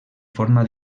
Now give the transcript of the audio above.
forma